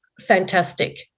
fantastic